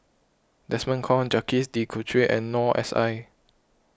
Desmond Kon Jacques De Coutre and Noor S I